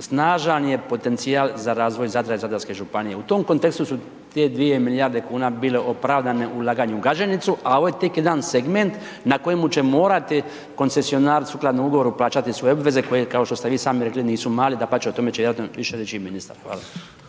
snažan je potencijal za razvoj Zadra i zadarske županije. U tom kontekstu su te dvije milijarde kuna bile opravdane u ulaganju u Gaženicu, a ovo je tek jedan segment na kojemu će morati koncesionar sukladno ugovoru plaćati svoje obveze koje, kao što ste vi sami rekli, nisu mali, dapače, o tome će vjerojatno više reći ministar.